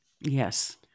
Yes